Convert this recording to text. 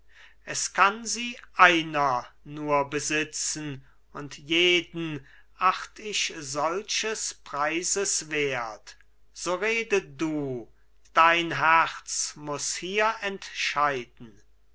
es kann sie einer nur besitzen und jeden acht ich solches preises wert so rede du dein herz muß hier entscheiden